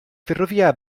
ferrovia